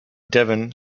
devon